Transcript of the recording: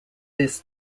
this